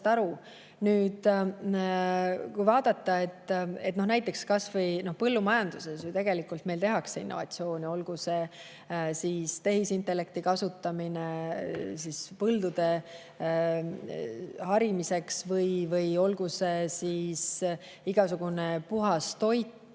aru. Kui vaadata, näiteks kas või põllumajanduses ju tegelikult meil tehakse innovatsiooni, olgu see siis tehisintellekti kasutamine põldude harimiseks või olgu see igasugune puhas toit